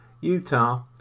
Utah